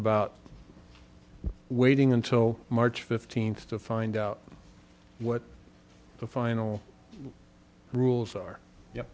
about waiting until march fifteenth to find out what the final rules are yeah